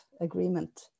agreement